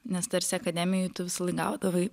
nes tarsi akademijoj tu visąlaik gaudavai